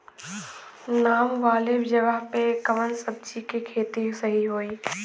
नामी वाले जगह पे कवन सब्जी के खेती सही होई?